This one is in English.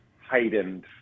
heightened